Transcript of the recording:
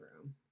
room